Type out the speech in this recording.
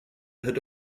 had